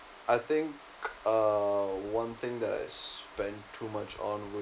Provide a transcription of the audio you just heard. I think uh one thing that I spend too much on would